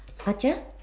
I just